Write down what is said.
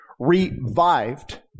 Revived